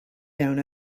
down